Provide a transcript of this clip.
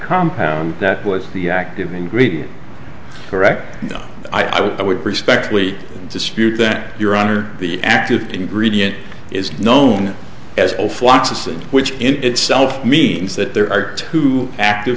compound that was the active ingredient correct i would respectfully dispute that your honor the active ingredient is known as watson which in itself means that there are two active